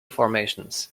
formations